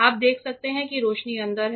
आप देख सकते हैं कि रोशनी अंदर हैं